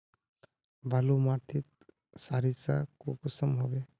बालू माटित सारीसा कुंसम होबे?